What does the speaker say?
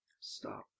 Stop